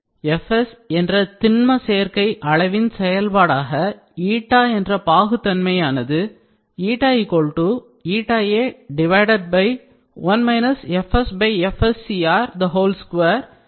fsஎன்ற திண்ம சேர்க்கை அளவின் செயல்பாடாக என்ற பாகுதன்மையானது a1 fsfscr2 என்று குறிக்கப்படுகிறது